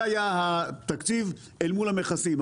זה היה התקציב אל מול המכסים.